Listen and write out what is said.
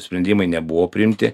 sprendimai nebuvo priimti